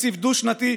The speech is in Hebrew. תקציב דו-שנתי,